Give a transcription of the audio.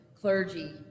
clergy